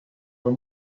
are